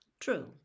True